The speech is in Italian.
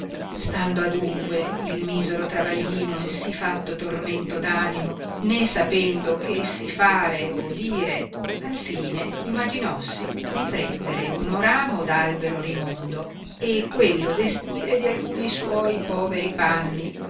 stando adunque il misero travaglino in sì fatto tormento d animo né sapendo che si fare o dire al fine imaginossi di prendere uno ramo d albero rimondo e quello vestire di alcuni suoi poveri panni